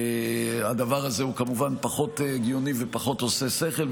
הדבר הזה הוא כמובן פחות חיוני ופחות עושה שכל,